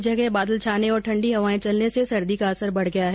कई जगह बादल छाने और ठण्डी हवाएं चलने से सर्दी का असर बढ गया है